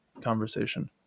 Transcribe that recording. conversation